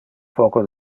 poco